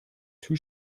too